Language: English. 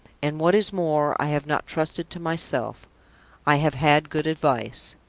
and what is more, i have not trusted to myself i have had good advice.